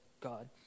god